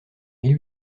mille